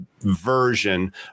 version